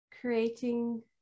Creating